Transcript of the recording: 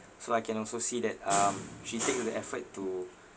so I can also see that um she stick to the effort to